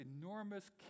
enormous